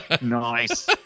Nice